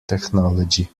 technology